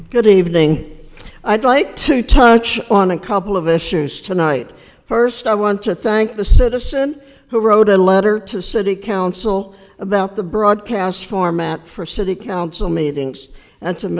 good evening i'd like to touch on a couple of issues tonight first i want to thank the citizen who wrote a letter to the city council about the broadcast format for city council meetings and